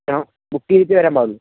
ആ ബുക്ക് ചെയ്തിട്ടേ വരാൻപാടുള്ളൂ